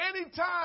anytime